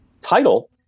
title